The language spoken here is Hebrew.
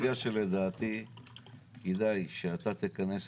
זאת סוגיה שלדעתי כדאי שאתה תכנס אצלך,